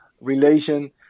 relation